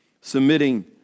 submitting